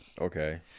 Okay